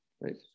Right